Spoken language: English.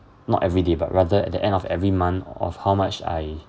not everyday but rather at the end of every month of how much I